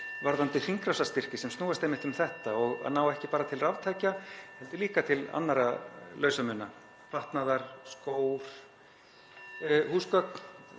varðandi hringrásarstyrki sem snúast einmitt um þetta og ná ekki bara til raftækja heldur líka til annarra lausamuna; fatnaður, skór, húsgögn,